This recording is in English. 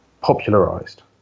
popularized